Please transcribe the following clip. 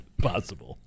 Possible